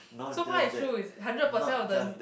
so far is true is hundred percent of the